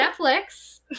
Netflix